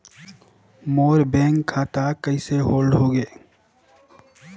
मोर bank खाता कइसे hold होगे?